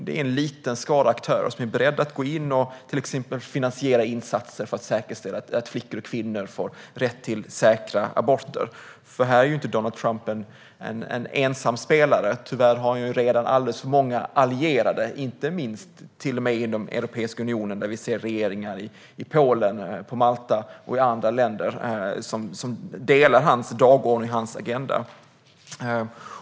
Det är en liten skara aktörer som är beredda att gå in och till exempel finansiera insatser för att säkerställa att flickor och kvinnor får rätt till säkra aborter. Här är inte Donald Trump en ensam spelare. Tyvärr har han redan alldeles för många allierade. Det gäller inte minst inom Europeiska unionen där vi ser regeringar i Polen, på Malta och i andra länder som delar hans dagordning och agenda.